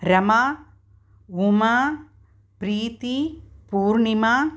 Rama Uma Preeti Purnima